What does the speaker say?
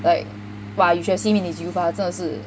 like !wah! you should have seen him in his youth ah 他真的是